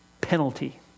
penalty